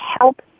help